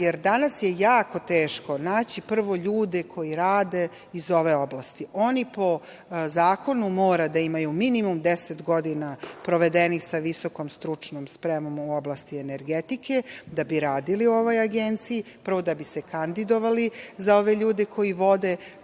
je jako teško naći prvo ljude koji rade iz ove oblasti. Oni po zakonu moraju da imaju minimum 10 godina provedenih sa visokom stručnom spremom u oblasti energetike da bi radili u ovoj Agenciji, prvo da bi se kandidovali za ove ljude koji vode,